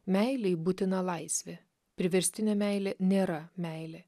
meilei būtina laisvė priverstinė meilė nėra meilė